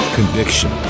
conviction